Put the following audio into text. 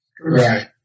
right